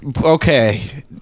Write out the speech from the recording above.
okay